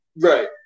Right